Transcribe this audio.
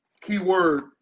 keyword